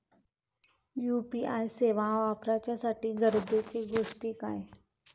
UPI सेवा वापराच्यासाठी गरजेचे गोष्टी काय?